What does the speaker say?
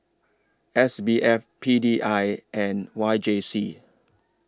S B F P D I and Y J C